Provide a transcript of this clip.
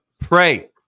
Pray